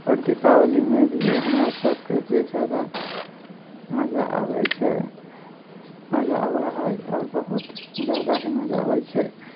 आओर दीपावलीमे भी हमरा सबके जे जादा मजा आबै छै मजा आबै हइ आओर बहुत जादा ही मजा आबै छै